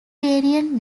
variant